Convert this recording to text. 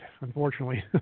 unfortunately